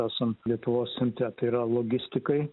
esam lietuvos centre tai yra logistikai